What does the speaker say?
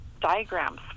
diagrams